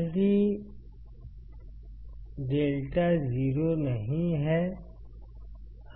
यदि λ 0 नहीं है